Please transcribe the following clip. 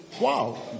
wow